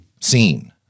seen